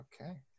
Okay